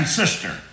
sister